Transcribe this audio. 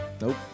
Nope